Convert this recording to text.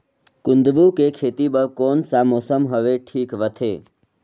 कुंदूरु के खेती बर कौन सा मौसम हवे ठीक रथे?